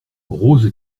rose